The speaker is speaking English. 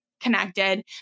connected